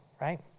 right